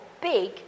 big